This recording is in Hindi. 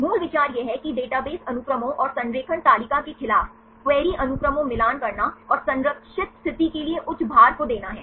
मूल विचार यह है की डेटाबेस अनुक्रमों और संरेखण तालिका के खिलाफ क्वेरी अनुक्रमों मिलान करना और संरक्षित स्थिति के लिए उस उच्च भार को देना है